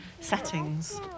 settings